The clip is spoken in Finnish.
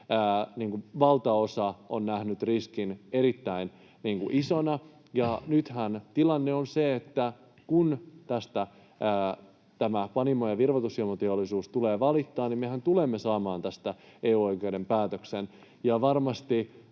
valtaosa on nähnyt riskin erittäin isona. Nythän tilanne on se, että kun tästä tämä Panimo- ja virvoitusjuomateollisuus tulee valittamaan, niin mehän tulemme saamaan tästä EU-oikeuden päätöksen.